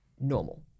normal